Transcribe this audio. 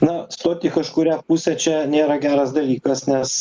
na stoti į kažkurią pusę čia nėra geras dalykas nes